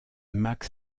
max